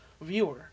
viewer